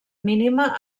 mínima